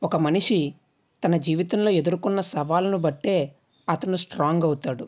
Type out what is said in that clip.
ఒక మనిషి తన జీవితంలో ఎదుర్కున్న సవాళ్ళను బట్టే అతను స్ట్రాంగ్ అవుతాడు